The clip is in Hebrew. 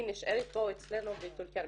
היא נשארת בטול כרם,